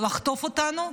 לחטוף אותנו,